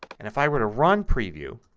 and if i were to run preview,